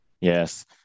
Yes